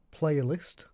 playlist